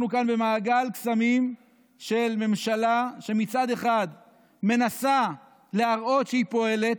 אנחנו כאן במעגל קסמים של ממשלה שמצד אחד מנסה להראות שהיא פועלת,